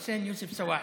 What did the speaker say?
סואעד.